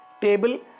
table